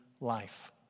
life